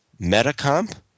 Metacomp